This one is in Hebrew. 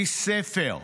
איש ספר,